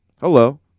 hello